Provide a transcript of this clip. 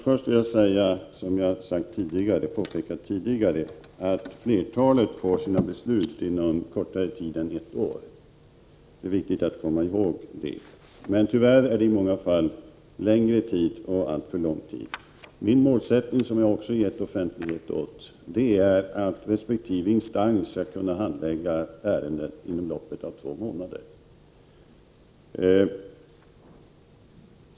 Herr talman! Först vill jag säga, vilket jag påpekat tidigare, att flertalet asylsökande får sina beslut inom kortare tid än ett år. Det är viktigt att komma ihåg detta. Tyvärr är handläggningstiderna längre i många fall och alltför långa. Mitt mål, som jag också gett offentlighet åt, är att resp. instans skall kunna handlägga ett ärende inom loppet av två månader.